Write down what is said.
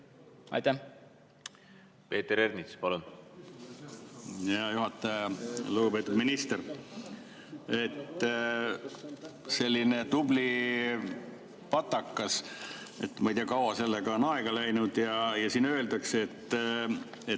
Peeter Ernits, palun! Hea juhataja! Lugupeetud minister! Selline tubli patakas, ma ei tea, kui kaua sellega on aega läinud. Siin öeldakse, et